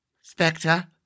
Spectre